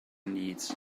needs